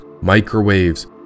microwaves